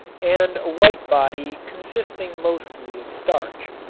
and a white body consisting mostly of starch.